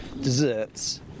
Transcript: desserts